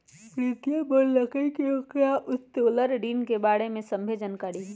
प्रीतिया बोललकई कि ओकरा उत्तोलन ऋण के बारे में सभ्भे जानकारी हई